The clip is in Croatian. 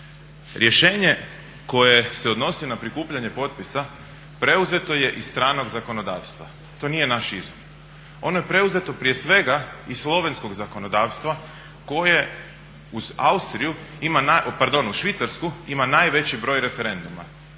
rješenje koje se odnosi na prikupljanje potpisa preuzeto je iz stranog zakonodavstva, to nije naš izum. Ono je preuzeto prije svega iz slovenskog zakonodavstva koje uz Austriju ima najbolje, pardon